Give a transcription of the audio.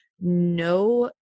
no